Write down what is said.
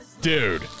Dude